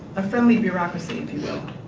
a friendly bureaucracy if you will.